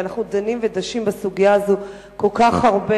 ואנחנו דנים ודשים בסוגיה הזאת כל כך הרבה,